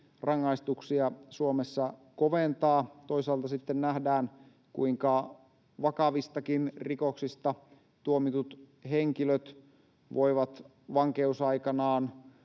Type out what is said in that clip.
rangaistuksia Suomessa koventaa. Toisaalta sitten nähdään, kuinka vakavistakin rikoksista tuomitut henkilöt voivat vankeusaikanaan